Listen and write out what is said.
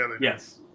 Yes